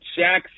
Shaq